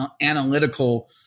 analytical